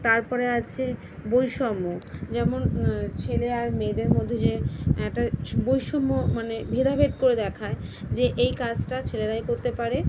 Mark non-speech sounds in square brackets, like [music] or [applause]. তারপরে আছে বৈষম্য যেমন ছেলে আর মেয়েদের মধ্যে যে একটা [unintelligible] বৈষম্য মানে ভেদাভেদ করে দেখায় যে এই কাজটা ছেলেরাই করতে পারে